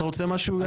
אתה רוצה משהו, יעקב?